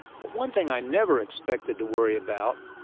but one thing i never expected to worry about,